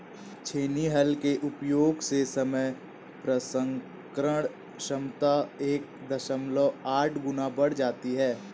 छेनी हल के उपयोग से समय प्रसंस्करण क्षमता एक दशमलव आठ गुना बढ़ जाती है